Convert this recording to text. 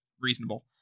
reasonable